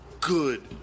good